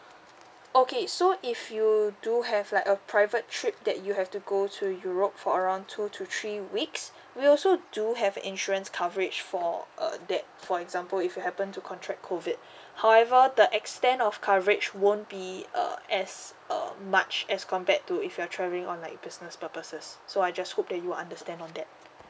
okay so if you do have like a private trip that you have to go to europe for around two to three weeks we also do have insurance coverage for err that for example if you happen to contract COVID however the extent of coverage won't be uh as uh much as compared to if you're travelling on like business purposes so I just hope that you understand on that